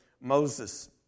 Moses